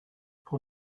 for